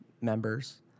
members